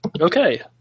okay